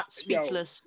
speechless